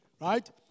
Right